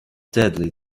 deadly